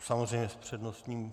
Samozřejmě, s přednostním...